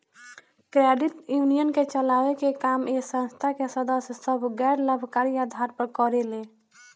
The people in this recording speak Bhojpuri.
क्रेडिट यूनियन के चलावे के काम ए संस्था के सदस्य सभ गैर लाभकारी आधार पर करेले